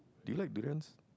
do you like durians